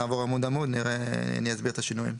נעבור עמוד-עמוד ואסביר את השינויים.